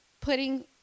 putting